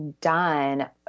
done